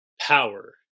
power